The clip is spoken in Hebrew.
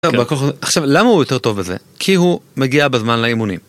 עכשיו, למה הוא יותר טוב בזה? כי הוא מגיע בזמן לאימונים.